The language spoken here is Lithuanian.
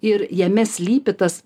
ir jame slypi tas